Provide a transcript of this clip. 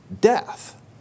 death